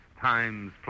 times